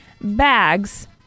bags